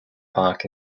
park